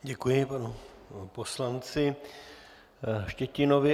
Děkuji panu poslanci Štětinovi.